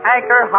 Anchor